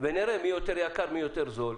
ונראה מי יותר יקר ומי יותר זול.